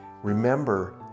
Remember